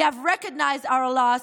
we have recognized our lose,